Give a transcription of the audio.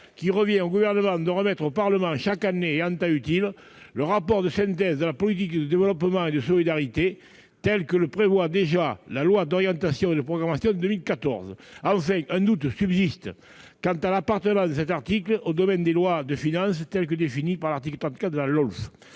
qu'il revient au Gouvernement de remettre au Parlement, chaque année et en temps utile, le rapport de synthèse de la politique de développement et de solidarité, tel que le prévoit déjà la loi d'orientation et de programmation de 2014. Enfin, un doute subsiste quant à l'appartenance de cet article au domaine des lois de finances, tel qu'il est défini par l'article 34 de la LOLF.